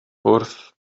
wrth